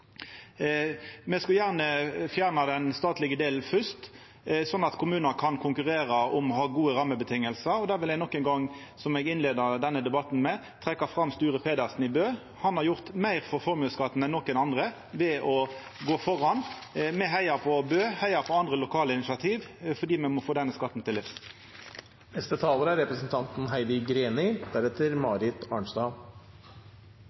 Me skulle gjerne ha fjerna den statlege delen først, sånn at kommunar kan konkurrera om å ha gode rammevilkår. Då vil eg nok ein gong, som eg innleia denne debatten med, trekkja fram Sture Pedersen i Bø. Han har gjort meir for formuesskatten enn nokon andre, ved å gå føre. Me heiar på Bø, og me heiar på andre lokale initiativ, for me må denne skatten til